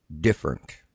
different